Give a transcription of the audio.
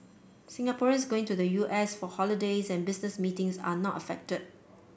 Singaporeans going to the U S for holidays and business meetings are not affected